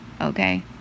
okay